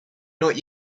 not